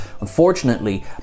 unfortunately